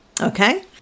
Okay